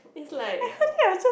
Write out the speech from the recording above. is like